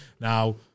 Now